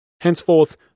Henceforth